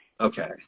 Okay